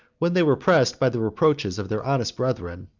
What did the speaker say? when they were pressed by the reproaches of their honest brethren,